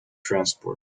transport